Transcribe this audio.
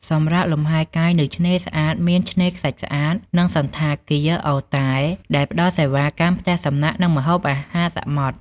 សម្រាកលំហែកាយនៅឆ្នេរស្អាតមានឆ្នេរខ្សាច់ស្អាត និងសណ្ឋាគារ អូរតែលដែលផ្តល់សេវាកម្មផ្ទះសំណាក់ និងម្ហូបអាហារសមុទ្រ។